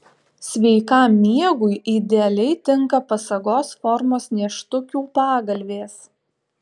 sveikam miegui idealiai tinka pasagos formos nėštukių pagalvės